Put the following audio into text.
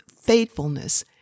faithfulness